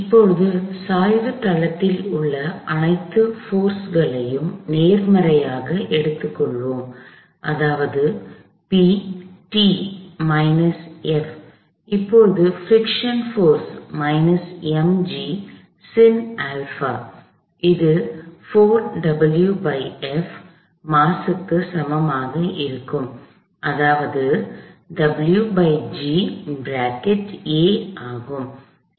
இப்போது சாய்வு தளத்தில் உள்ள அனைத்து போர்ஸ்களையும் நேர்மறையாக எடுத்துக் கொள்வோம் அதாவது P F இப்போது பிரிக்ஷன் போர்ஸ் mg sin α இது 4W5 மாஸ் க்கு சமமாக இருக்கும் அதாவது இது a ஆகும்